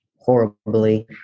horribly